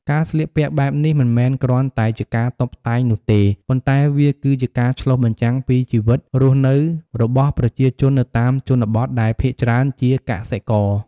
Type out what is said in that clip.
ការស្លៀកពាក់បែបនេះមិនមែនគ្រាន់តែជាការតុបតែងនោះទេ ប៉ុន្តែវាគឺជាការឆ្លុះបញ្ចាំងពីជីវិតរស់នៅរបស់ប្រជាជននៅតាមជនបទ ដែលភាគច្រើនជាកសិករ។